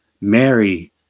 Mary